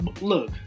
look